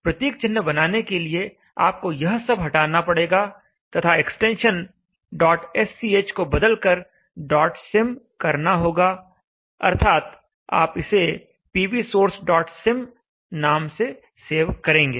प्रतीक चिन्ह बनाने के लिए आपको यह सब हटाना पड़ेगा तथा एक्सटेंशन sch को बदलकर sym करना होगा अर्थात आप इसे PVsourcesym नाम से सेव करेंगे